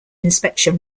inspection